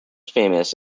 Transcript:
famous